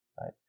right